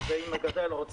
עם כל הכבוד, גם אני